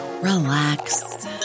relax